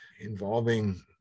involving